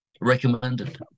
Recommended